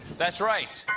that's right.